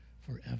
forever